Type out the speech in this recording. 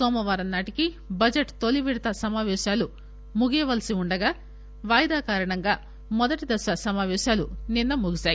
నోమవారం నాటికి బడ్లెట్ తొలి విడత సమావేశాలు ముగియాల్సి వుండగా వాయిదా కారణంగా మొదటి దశ సమాపేశాలు నిన్న ముగిశాయి